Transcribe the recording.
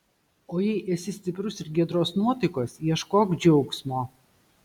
o jei esi stiprus ir giedros nuotaikos ieškok džiaugsmo